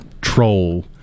troll